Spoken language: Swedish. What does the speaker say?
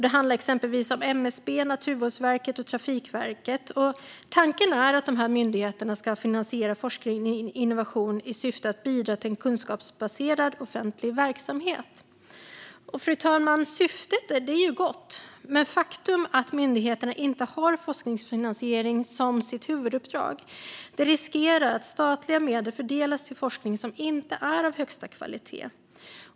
Det handlar exempelvis om MSB, Naturvårdsverket och Trafikverket. Tanken är att dessa myndigheter ska finansiera forskning och innovation i syfte att bidra till en kunskapsbaserad offentlig verksamhet. Fru talman! Syftet är gott, men det faktum att myndigheterna inte har forskningsfinansiering som sitt huvuduppdrag gör att statliga medel riskerar att fördelas till forskning som inte är av högsta kvalitet.